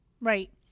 Right